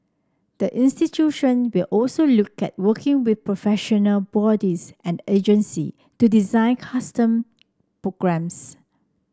the institution will also look at working with professional bodies and agency to design custom programmes